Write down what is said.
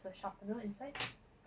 the sharpener inside